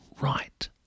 right